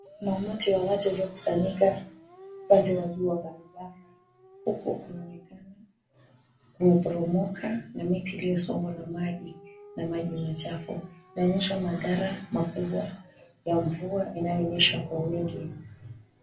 Kuna umati wa watu uliokusanyika upande wa juu wa barabara, huku kuna mimea uinaoporomoka na miti iliyosombwa na maji na maji machafu. Inaonyesha madhara makubwa ya mvua inayonyesha kwa wingi.